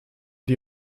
die